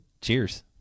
Cheers